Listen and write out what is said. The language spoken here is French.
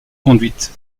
conduite